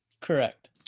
Correct